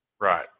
Right